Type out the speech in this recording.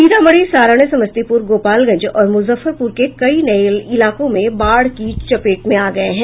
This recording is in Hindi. सीतामढ़ी सारण समस्तीपुर गोपालगंज और मुजफ्फरपूर के कई नये इलाके बाढ़ की चपेट में आ गये हैं